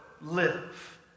live